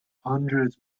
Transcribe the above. hundreds